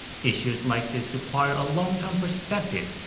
issues like this require a long-term perspective.